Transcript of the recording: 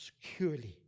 securely